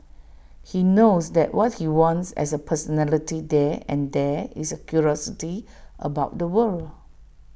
he knows that what he wants as A personality there and there is A curiosity about the world